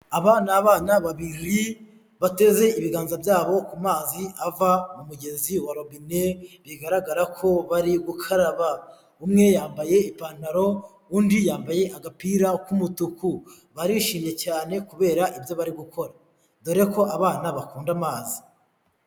Aba ni abana babiri bateze ibiganza byabo ku mazi ava mu mugezi wa robine, bigaragara ko bari gukaraba umwe yambaye ipantaro undi yambaye agapira k'umutuku, barishimye cyane kubera ibyo bari gukora dore ko abana bakunda amazi.